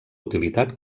utilitat